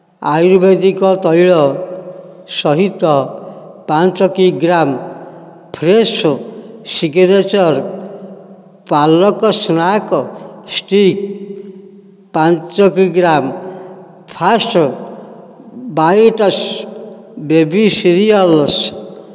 ଆୟୁର୍ବେଦିକ ତୈଳ ସହିତ ପାଞ୍ଚ କି gram Fresho signature palak snack stick ପାଞ୍ଚ କି gram fast bites baby cereals